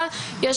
אבל יש